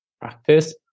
practice